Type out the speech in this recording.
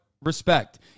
respect